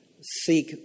Seek